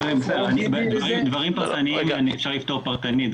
דברים פרטניים אפשר לפתור פרטנית.